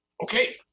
okay